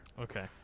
Okay